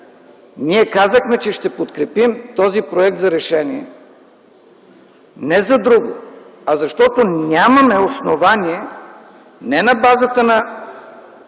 Ние казахме, че ще подкрепим този Проект за решение не за друго, а защото нямаме основание, не на базата на